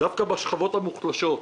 דווקא בשכבות המוחלשות,